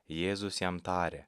jėzus jam tarė